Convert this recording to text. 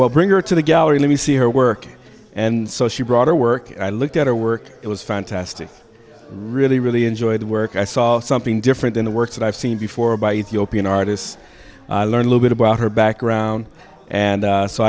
well bring her to the gallery let me see her work and so she brought her work i looked at her work it was fantastic really really enjoyed the work i saw something different in the works that i've seen before by ethiopian artists learn a little bit about her background and